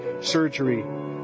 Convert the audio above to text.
surgery